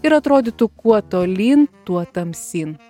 ir atrodytų kuo tolyn tuo tamsyn